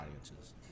audiences